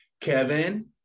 Kevin